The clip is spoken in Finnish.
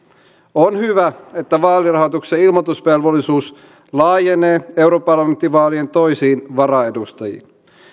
on hyvä että vaalirahoituksen ilmoitusvelvollisuus laajenee europarlamenttivaalien toisiin varaedustajiin